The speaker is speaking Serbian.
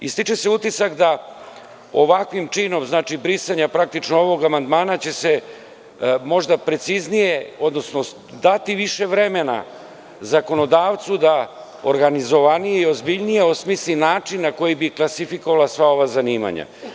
I stiče se utisak da ovakvim činom, znači brisanje praktično ovog amandmana će se možda preciznije, odnosno dati više vremena zakonodavcu da organizovanije i ozbiljnije osmisli način na koji bi klasifikovala sva ova zanimanja.